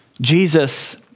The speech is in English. Jesus